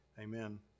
amen